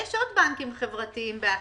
יש עוד בנקים חברתיים בהקמה.